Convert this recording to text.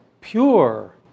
pure